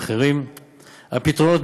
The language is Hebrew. הן